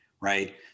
right